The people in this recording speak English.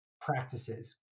practices